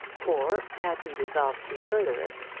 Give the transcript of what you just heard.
or had he resolved to further it,